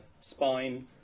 spine